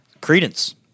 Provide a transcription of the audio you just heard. Credence